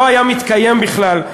לא היה מתקיים בכלל,